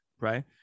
Right